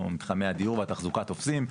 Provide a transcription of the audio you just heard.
מתחמי הדיור והתחזוקה תופסים,